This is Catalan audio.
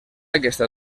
aquesta